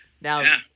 now